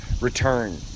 Return